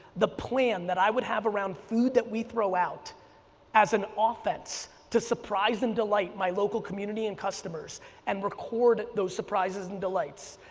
the plan that i would have around food that we throw out as an offense to surprise and delight my local community and customers and record those surprises and delights,